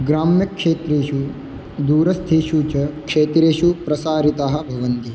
ग्राम्यक्षेत्रेषु दूरस्थेषु च क्षेत्रेषु प्रसारिताः भवन्ति